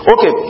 Okay